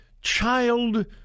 child